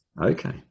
Okay